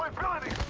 brought it